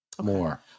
More